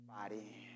body